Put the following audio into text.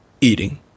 eating